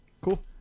Cool